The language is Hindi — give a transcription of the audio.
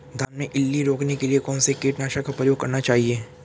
धान में इल्ली रोकने के लिए कौनसे कीटनाशक का प्रयोग करना चाहिए?